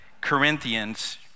Corinthians